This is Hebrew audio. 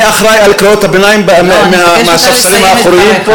אני אחראי לקריאות הביניים מהספסלים האחוריים פה?